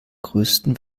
größten